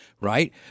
right